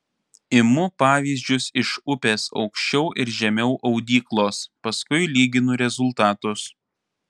imu pavyzdžius iš upės aukščiau ir žemiau audyklos paskui lyginu rezultatus